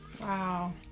wow